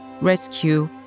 rescue